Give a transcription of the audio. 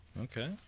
Okay